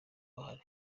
bahari